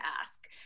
ask